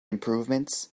improvements